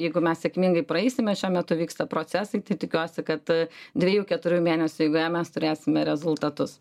jeigu mes sėkmingai praeisime šiuo metu vyksta procesai tai tikiuosi kad dviejų keturių mėnesių eigoje mes turėsime rezultatus